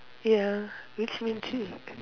ya which means